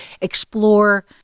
explore